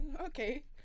okay